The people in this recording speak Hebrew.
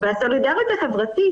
והסולידריות החברתית,